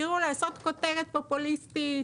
תראו, לעשות כותרת פופוליסטית,